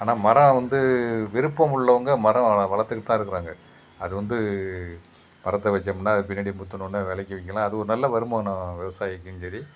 ஆனால் மரம் வந்து விருப்பம் உள்ளவங்க மரம் வளர்த்துக்கிட்டு தான் இருக்கிறாங்க அது வந்து மரத்தை வச்சோம்னால் அது பின்னாடி முற்றினோன விலைக்கி விற்கிலாம் அது ஒரு நல்ல வருமானம் விவசாயிக்கும் சரி